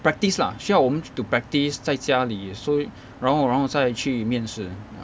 practice lah 需要我们 to practice 在家里 so 然后然后再去面试 ya